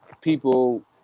people